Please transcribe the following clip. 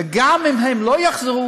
וגם אם הם לא יחזרו,